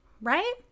right